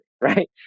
right